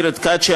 מוזס?